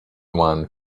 one